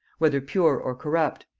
whether pure or corrupt,